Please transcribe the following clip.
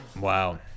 Wow